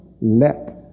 let